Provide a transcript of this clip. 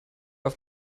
auf